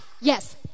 yes